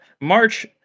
March